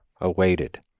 awaited